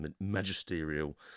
magisterial